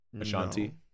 Ashanti